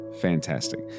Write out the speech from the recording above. fantastic